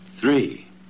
three